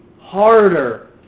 harder